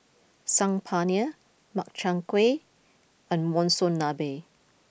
Saag Paneer Makchang Gui and Monsunabe